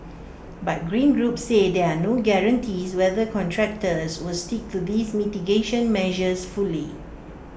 but green groups say there are no guarantees whether contractors will stick to these mitigation measures fully